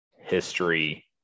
history